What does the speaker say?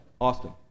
Austin